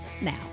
Now